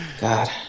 God